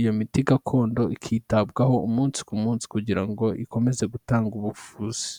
iyo miti gakondo ikitabwaho umunsi ku munsi kugira ngo ikomeze gutanga ubuvuzi.